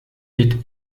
est